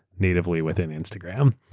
natively within instagram,